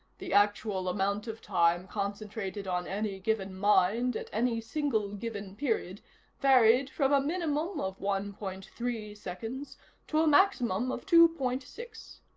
the actual amount of time concentrated on any given mind at any single given period varied from a minimum of one point three seconds to a maximum of two point six.